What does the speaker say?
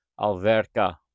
Alverca